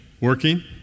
working